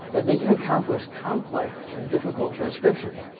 and they can accomplish complex and difficult transcription.